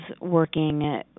working